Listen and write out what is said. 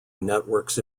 networks